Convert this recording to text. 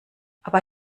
aber